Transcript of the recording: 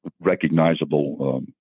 recognizable